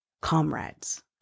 comrades